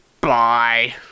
Bye